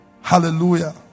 Hallelujah